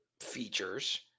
features